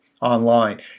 online